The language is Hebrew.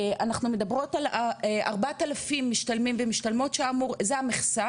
אנחנו מדברות על 4,000 משתלמים ומשתלמות שזה המכסה,